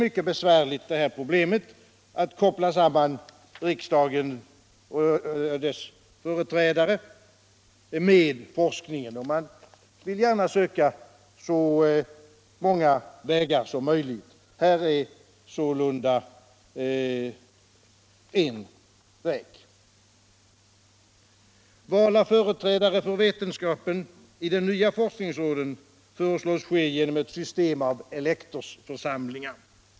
Frågan om att sammankoppla företrädare för riksdagen med forskningen är mycket besvärlig, och man vill gärna försöka så många vägar som möjligt. Här är sålunda en väg. Val av företrädare för vetenskapen i de nya forskningsråden föreslås ske genom ett system av elektorsförsamlingar.